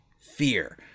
fear